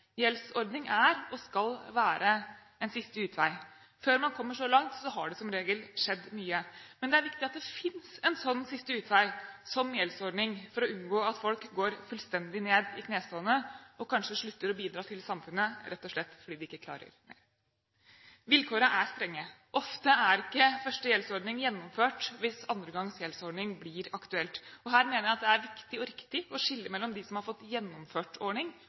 Gjeldsordning er, og skal være, en siste utvei. Før man kommer så langt, har det som regel skjedd mye. Men det er viktig at det finnes en sånn siste utvei som gjeldsordning for å unngå at folk går fullstendig ned i knestående og kanskje slutter å bidra til samfunnet, rett og slett fordi de ikke klarer mer. Vilkårene er strenge. Ofte er ikke første gjeldsordning gjennomført hvis andre gangs gjeldsordning blir aktuelt. Her mener jeg at det er viktig og riktig å skille mellom dem som har fått gjennomført ordning